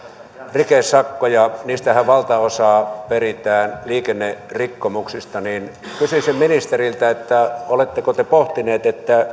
rikesakkoja niistähän valtaosa peritään liikennerikkomuksista kysyisin ministeriltä oletteko te pohtinut